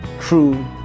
true